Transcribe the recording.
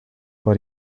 but